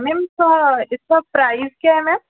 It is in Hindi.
मैम इसका इसका प्राइस क्या है मैम